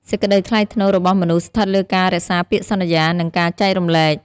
សេចក្ដីថ្លៃថ្នូររបស់មនុស្សស្ថិតលើការរក្សាពាក្យសន្យា និងការចែករំលែក។